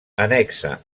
annexa